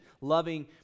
loving